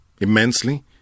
immensely